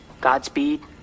Godspeed